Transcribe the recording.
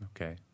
Okay